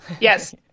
Yes